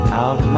out